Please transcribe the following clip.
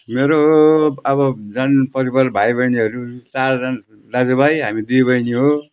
मेरो अब जहान परिवार भाइबहिनीहरू चारजना दाजुभाइ हामी दुई बैनी हो